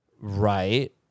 Right